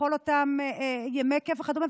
לכל אותם ימי כיף וכדומה,